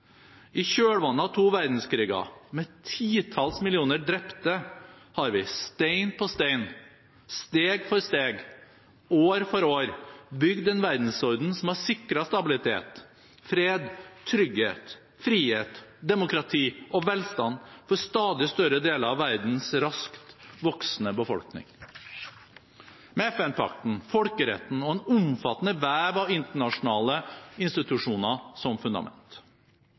I kjølvannet av to verdenskriger med titalls millioner drepte har vi stein på stein, steg for steg, år for år, bygd en verdensorden som har sikret stabilitet, fred, trygghet, frihet, demokrati og velstand for stadig større deler av verdens raskt voksende befolkning, med FN-pakten, folkeretten og en omfattende vev av internasjonale institusjoner som fundament.